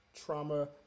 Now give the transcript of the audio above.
trauma